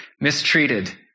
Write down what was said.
mistreated